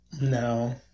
No